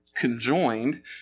conjoined